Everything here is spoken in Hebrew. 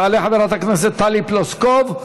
תעלה חברת הכנסת טלי פלוסקוב,